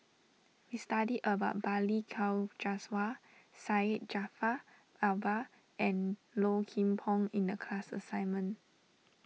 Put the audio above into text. we study about Balli Kaur Jaswal Syed Jaafar Albar and Low Kim Pong in the class assignment